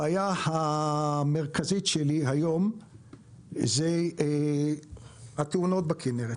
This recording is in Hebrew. הבעיה המרכזית שלי היום היא התאונות בכנרת,